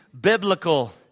biblical